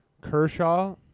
Kershaw